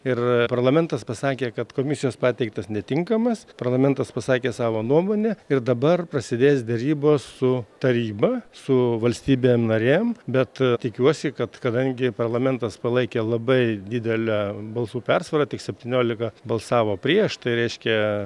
ir parlamentas pasakė kad komisijos pateiktas netinkamas parlamentas pasakė savo nuomonę ir dabar prasidės derybos su taryba su valstybėm narėm bet tikiuosi kad kadangi parlamentas palaikė labai didele balsų persvara tik septyniolika balsavo prieš tai reiškia